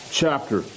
chapter